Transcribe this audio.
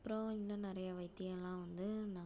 அப்பறம் இன்னும் நிறையா வைத்தியலாம் வந்து நாங்கள் பண்ணுவோம்